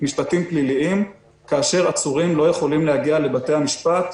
משפטים פליליים כאשר עצורים לא יכולים להגיע לבתי המשפט